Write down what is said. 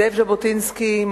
זאב ז'בוטינסקי,